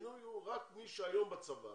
השינוי הוא רק מי שהיום בצבא